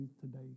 today